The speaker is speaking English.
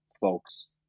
folks